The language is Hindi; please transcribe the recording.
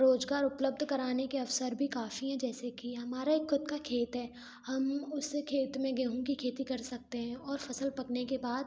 रोजगार उपलब्ध कराने के अवसर भी काफ़ी हैं जैसे कि हमारा एक खुद का खेत है हम उस खेत में गेहूँ की खेती कर सकते हैं और फसल पकने के बाद